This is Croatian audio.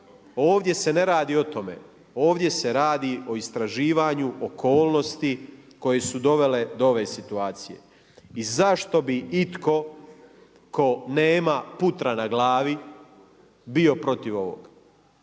Ovdje se ne radi o tome, ovdje se radi o istraživanju okolnosti koje su dovele do ove situacije. I zašto bi itko tko nema putra na glavi bio protiv ovog?